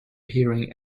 hearing